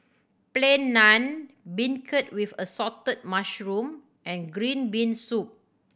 Plain Naan beancurd with assorted mushroom and green bean soup